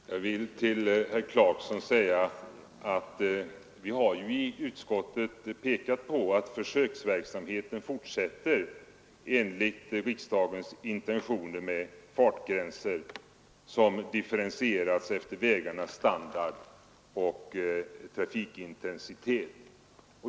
Fru talman! Jag vill till herr Clarkson säga att vi ju i utskottet har pekat på att försöksverksamheten fortsätter enligt riksdagens intentioner med fartgränser som differentierats efter vägarnas standard och trafikintensitet.